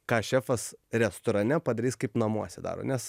ką šefas restorane padarys kaip namuose daro nes